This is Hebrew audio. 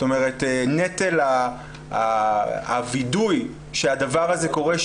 נטל הווידוא שהדבר הזה קורה,